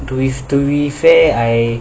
to be fair I